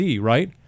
right